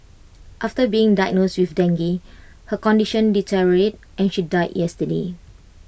after being diagnosed with dengue her condition deteriorated and she died yesterday